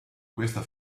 questa